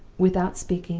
without speaking,